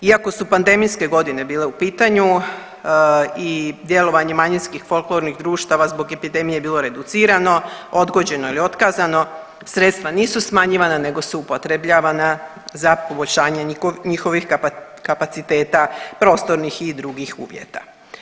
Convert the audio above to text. Iako su pandemijske godine bile u pitanju i djelovanje manjinskih folklornih društava zbog epidemije je bilo reducirano, odgođeno ili otkazano sredstva nisu smanjivana nego su upotrebljavanja za poboljšanje njihovih kapaciteta prostornih i drugih uvjeta.